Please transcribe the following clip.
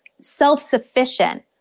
self-sufficient